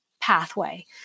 pathway